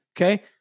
Okay